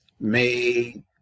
made